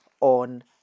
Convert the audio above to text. on